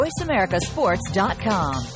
voiceamericasports.com